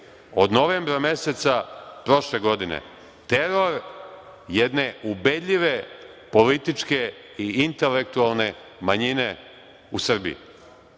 od novembra meseca prošle godine, teror jedne ubedljive političke i intelektualne manjine u Srbiji.40/2